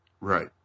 Right